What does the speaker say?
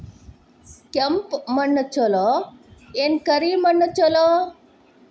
ಕೆಂಪ ಮಣ್ಣ ಛಲೋ ಏನ್ ಕರಿ ಮಣ್ಣ ಛಲೋ?